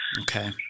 Okay